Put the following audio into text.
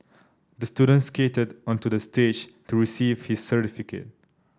the student skated onto the stage to receive his certificate